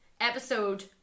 episode